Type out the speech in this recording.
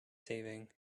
saving